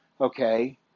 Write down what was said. okay